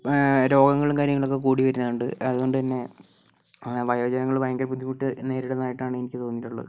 രോഗങ്ങളും കാര്യങ്ങളക്കെ കൂടി വരുന്നകൊണ്ട് അതുകൊണ്ട് തന്നെ വയോജനങ്ങള് ഭയങ്കര ബുദ്ധിമുട്ട് നേരിടുന്നതായിട്ടാണ് എനിക്ക് തോന്നിയിട്ടുള്ളത്